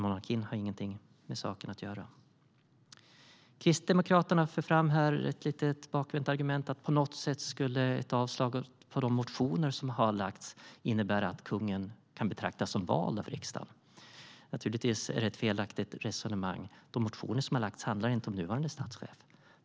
Monarkin har ingenting med saken att göra. Kristdemokraterna för fram ett litet bakvänt argument om att ett avslag på de motioner som har lagts på något sätt skulle innebära att kungen kan betraktas som vald av riksdagen. Det är naturligtvis ett felaktigt resonemang. De motioner som har lagts handlar inte om nuvarande statschef.